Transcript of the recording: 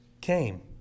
came